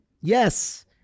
Yes